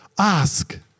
ask